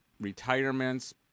retirements